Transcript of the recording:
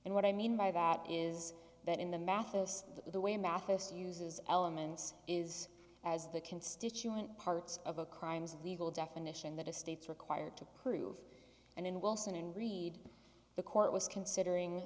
and what i mean by that is that in the mathis the way mathis uses elements is as the constituent parts of a crime as legal definition that a state's required to prove and then wilson and read the court was considering